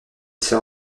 sera